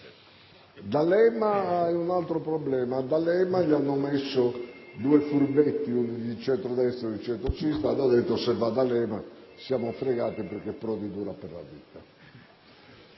D'Alema ha un altro problema. Gli hanno messo due furbetti, uno del centro-destra e uno del centro-sinistra, e hanno detto: se va D'Alema siamo fregati perché Prodi dura per la vita.